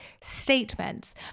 statements